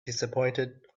disappointed